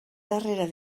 darrere